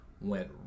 went